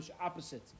opposite